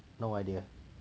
no idea